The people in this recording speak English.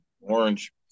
orange